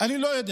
אני לא יודע